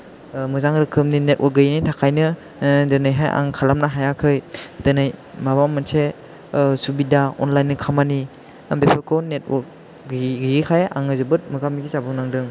मोजां रोखोमनि नेटवर्क गैयैनि थाखायनो दिनैहाय आं खालामनो हायाखै दिनै माबा मोनसे सुबिदा अनलाइननि खामानि बेफोरखौ नेटवर्क गैयै गैयैखाय आङो जोबोद मोगा मोगि जाबो नांदों